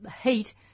heat